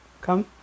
Come